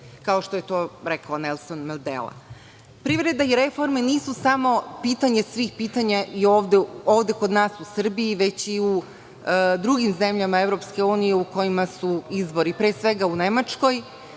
kao što je to rekao Nelson Mandela. Privreda i reforme nisu samo pitanje svih pitanja ovde kod nas u Srbiji, već i u drugim zemljama EU u kojima su izbori, pre svega u Nemačkoj.